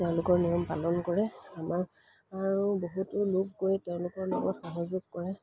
তেওঁলোকৰ নিয়ম পালন কৰে আমাৰ আৰু বহুতো লোক গৈ তেওঁলোকৰ লগত সহযোগ কৰে